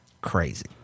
crazy